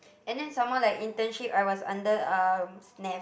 and then some more like internship I was under um SNAFF